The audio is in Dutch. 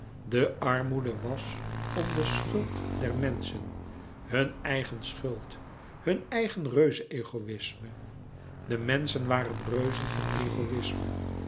de armoede was om de schuld der menschen hun eigen schuld hun eigen reuze egoïsme de menschen waren reuzen van egoïsme